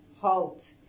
halt